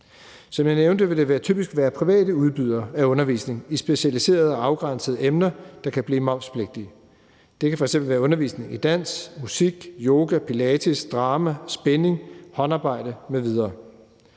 Som jeg nævnte, vil det typisk være private udbydere af undervisning i specialiserede og afgrænsede emner, der kan blive momspligtige. Det kan f.eks. være undervisning i dansk, musik, yoga, pilates, drama, spinnng, håndarbejde m.v.